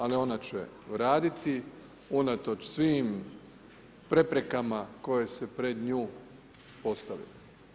Ali ona će raditi unatoč svim preprekama koje se pred nju postave.